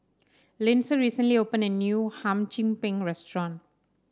Lindsay recently opened a new Hum Chim Peng restaurant